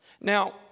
Now